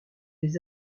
les